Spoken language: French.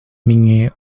migné